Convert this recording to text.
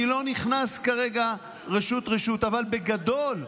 אני לא נכנס כרגע רשות-רשות, אבל בגדול,